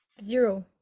zero